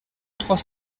trois